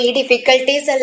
difficulties